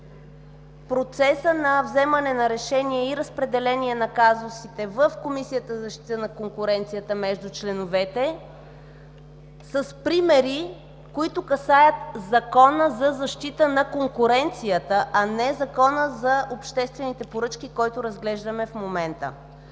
процесът на вземане на решения и разпределение на казусите в Комисията за защита на конкуренцията между членовете с примери, които касаят Закона за защита на конкуренцията, а не Закона за обществените поръчки, който разглеждаме в момента.